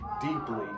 deeply